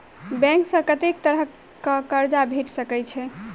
Bank सऽ कत्तेक तरह कऽ कर्जा भेट सकय छई?